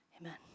amen